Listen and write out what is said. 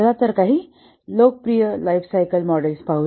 चला काही लोकप्रिय लाइफ सायकल मॉडेल्स पाहू